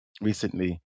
recently